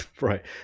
right